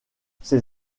ses